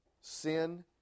Sin